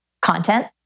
content